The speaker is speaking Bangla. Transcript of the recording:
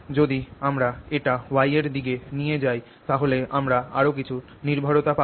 যদি আমরা এটা y এর দিকে নিয়ে যাই তাহলে আমরা আরও কিছু নির্ভরতা পাব